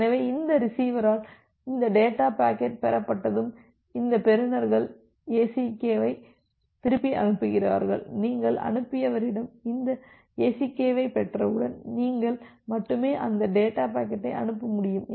எனவே இந்த ரிசீவரால் இந்த டேட்டா பாக்கெட் பெறப்பட்டதும் இந்த பெறுநர்கள் ஏசிகே ஐ திருப்பி அனுப்புகிறார்கள் நீங்கள் அனுப்பியவரிடம் அந்த ஏசிகே ஐப் பெற்றவுடன் நீங்கள் மட்டுமே அடுத்த டேட்டா பாக்கெட்டை அனுப்ப முடியும்